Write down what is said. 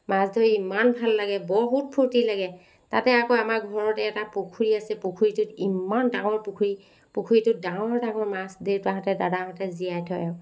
মাছ ধৰি ইমান ভাল লাগে বহুত ফূৰ্তি লাগে তাতে আকৌ আমাৰ ঘৰত এটা পুখুৰী আছে পুখুৰীটোত ইমান ডাঙৰ পুখুৰী পুখুৰীটোত ডাঙৰ ডাঙৰ মাছ দেউতাহঁতে দাদাহঁতে জীয়াই থয়